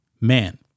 Man